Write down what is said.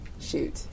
shoot